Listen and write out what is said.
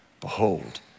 Behold